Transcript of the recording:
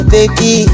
Baby